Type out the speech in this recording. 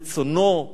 רצונו,